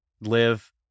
live